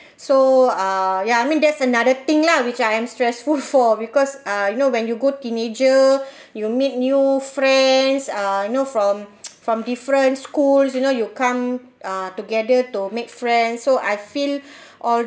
so uh ya I mean that's another thing lah which I am stressful for because uh you know when you go teenager you'll meet new friends uh you know from from different schools you know you come uh together to make friends so I feel all